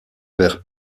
vers